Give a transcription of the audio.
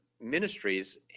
ministries